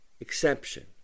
exception